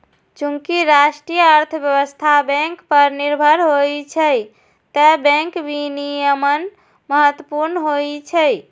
चूंकि राष्ट्रीय अर्थव्यवस्था बैंक पर निर्भर होइ छै, तें बैंक विनियमन महत्वपूर्ण होइ छै